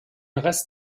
rest